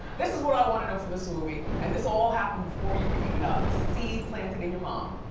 this is what i wanna know for this movie and this all happened before you were even a seed planted in your mom.